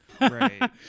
right